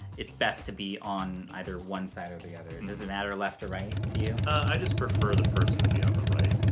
it's best to be on either one side or the other. it and doesn't matter left or right, to you? i just prefer the person to be on the right.